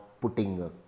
putting